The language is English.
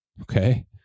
Okay